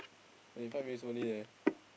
the in front really slowly leh